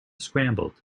scrambled